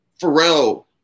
Pharrell